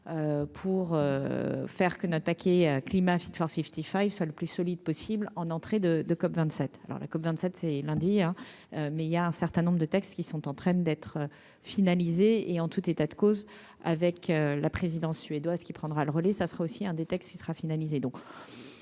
pour faire que notre paquet climat-Hafid Fifty Five, soit le plus solide possible en entrée de de COP27 alors la COP27 c'est lundi, hein, mais il y a un certain nombre de textes qui sont en train d'être finalisé et en tout état de cause avec la présidence suédoise, qui prendra le relais, ça sera aussi un des textes qui sera finalisé,